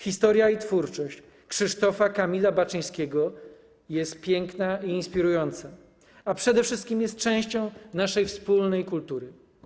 Historia i twórczość Krzysztofa Kamila Baczyńskiego są piękne i inspirujące, a przede wszystkim jest częścią naszej wspólnej kultury.